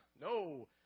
no